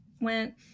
went